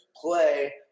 play